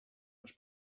ens